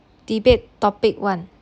debate topic one